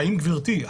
גברתי,